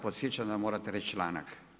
Podsjećam da morate reći članak.